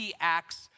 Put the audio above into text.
acts